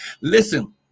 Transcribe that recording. Listen